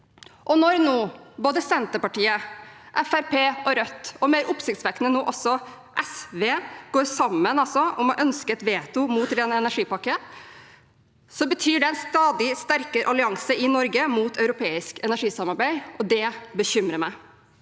Når både Senterpartiet, Fremskrittspartiet og Rødt – og mer oppsiktsvekkende også SV – går sammen om å ønske et veto mot ren energi-pakken, betyr det en stadig sterkere allianse i Norge mot europeisk energisamarbeid, og det bekymrer meg.